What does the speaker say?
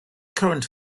current